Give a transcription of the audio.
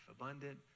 abundant